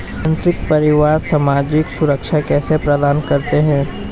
संयुक्त परिवार सामाजिक सुरक्षा कैसे प्रदान करते हैं?